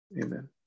Amen